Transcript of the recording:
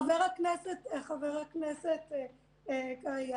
חבר הכנסת קרעי,